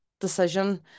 decision